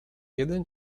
jeden